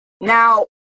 Now